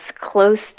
close